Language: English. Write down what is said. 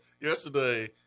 yesterday